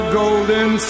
golden